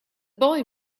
boy